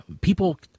People